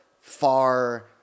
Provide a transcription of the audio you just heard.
far